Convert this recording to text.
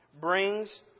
brings